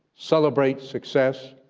celebrates success,